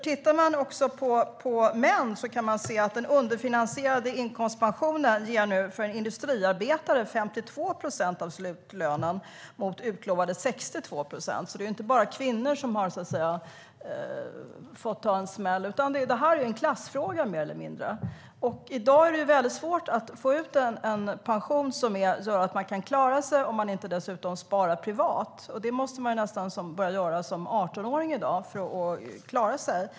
Tittar man på män kan man se att den underfinansierade inkomstpensionen för en industriarbetare nu ger 52 procent av slutlönen mot utlovade 62 procent. Det är inte bara kvinnor som har fått ta en smäll. Det är mer eller mindre en klassfråga. I dag är det väldigt svårt att få ut en pension som gör att man kan klara sig om man inte dessutom sparar privat. Det måste man nästan i dag börja göra som 18-åring för att klara sig.